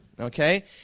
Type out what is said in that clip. Okay